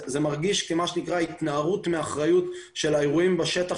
זה מרגיש מה שנקרא התנערות מאחריות של האירועים בשטח